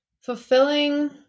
fulfilling